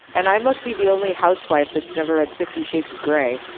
and i must be the only housewife that's never read fifty shades of gray,